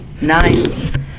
nice